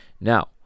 Now